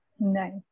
Nice